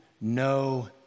no